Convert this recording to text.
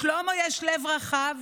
לשלמה יש לב רחב